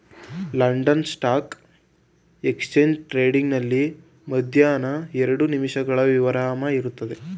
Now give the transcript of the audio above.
London stock exchange trading ನಲ್ಲಿ ಮಧ್ಯಾಹ್ನ ಎರಡು ನಿಮಿಷಗಳ ವಿರಾಮ ಇರುತ್ತದೆ